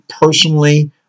personally